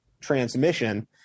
transmission